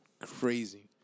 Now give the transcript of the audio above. Crazy